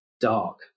dark